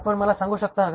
आपण मला सांगू शकता का